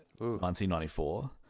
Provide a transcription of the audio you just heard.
1994